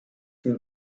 für